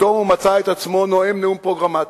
ופתאום הוא מצא את עצמו נואם נאום פרוגרמטי.